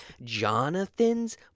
Jonathan's